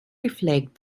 reflect